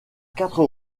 quatre